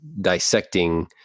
dissecting